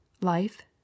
life